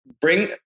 bring